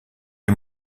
est